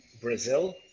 Brazil